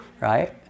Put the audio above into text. right